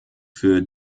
für